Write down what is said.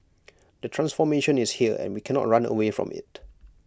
the transformation is here and we cannot run away from IT